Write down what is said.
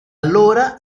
allora